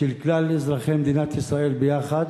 של כלל אזרחי מדינת ישראל ביחד,